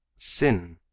sin